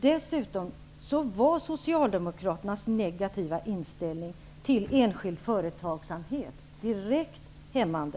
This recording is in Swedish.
Dessutom var socialdemokraternas negativa inställning till enskild företagsamhet direkt hämmande.